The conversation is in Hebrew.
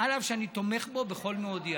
אף שאני תומך בו בכל מאודי.